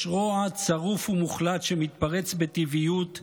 יש רוע צרוף ומוחלט שמתפרץ בטבעיות,